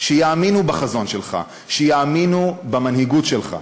שיאמינו בחזון שלך, שיאמינו במנהיגות שלך.